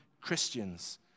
Christians